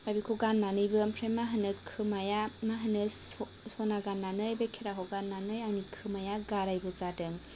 ओमफाय बेखौ गान्नानैबो आमफ्राय मा होनो खोमाया मा होनो सना गान्नानै बे खेराखौ गान्नानै आंनि खोमाया गारायबो जादों